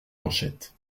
manchettes